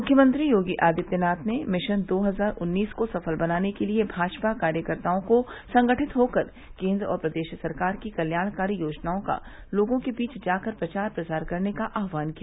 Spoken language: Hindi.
मुख्यमंत्री योगी आदित्यनाथ ने मिशन दो हजार उन्नीस को सफल बनाने के लिए भाजपा कार्यकर्ताओं को संगठित होकर केन्द्र और प्रदेश सरकार की कल्याणकारी योजनाओं का लोगों के बीच जाकर प्रचार प्रसार करने का आहवान किया